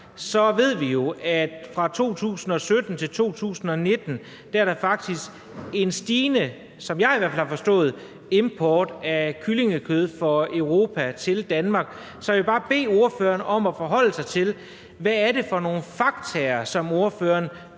ved vi jo, at fra 2017 til 2019 er der faktisk en stigende, som jeg i hvert fald har forstået det, import af kyllingekød fra Europa til Danmark. Så jeg vil bare bede ordføreren om at forholde sig til, hvad det er for nogle fakta, ordføreren